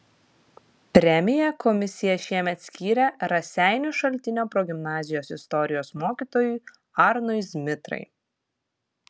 premiją komisija šiemet skyrė raseinių šaltinio progimnazijos istorijos mokytojui arnui zmitrai